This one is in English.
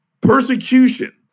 persecution